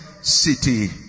city